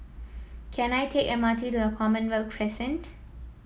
can I take M R T to Commonwealth Crescent